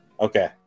Okay